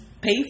pay